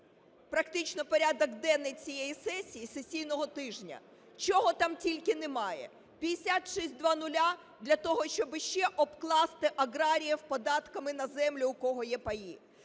практично порядок денний цієї сесії, сесійного тижня, чого там тільки немає. 5600 – для того, щоб ще обкласти аграріїв податками на землю, в кого є паї.